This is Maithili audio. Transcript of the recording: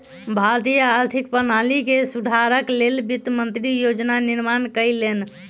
भारतीय आर्थिक प्रणाली के सुधारक लेल वित्त मंत्री योजना निर्माण कयलैन